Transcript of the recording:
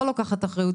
לא לוקחת אחריות,